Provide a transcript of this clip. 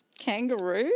Kangaroo